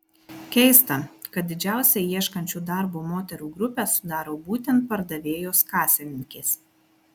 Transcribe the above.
keista kad didžiausią ieškančių darbo moterų grupę sudaro būtent pardavėjos kasininkės